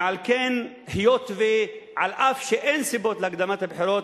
ועל כן, היות שאף שאין סיבות להקדמת הבחירות,